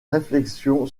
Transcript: réflexion